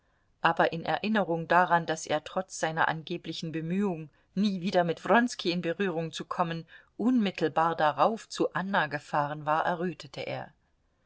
aber in erinnerung daran daß er trotz seiner angeblichen bemühung nie wieder mit wronski in berührung zu kommen unmittelbar darauf zu anna gefahren war errötete er